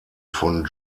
von